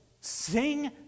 sing